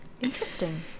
interesting